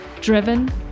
driven